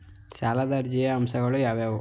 ಸಾಲದ ಅರ್ಜಿಯ ಅಂಶಗಳು ಯಾವುವು?